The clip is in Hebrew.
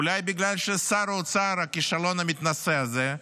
אולי בגלל ששר האוצר, הכישלון המתנשא הזה,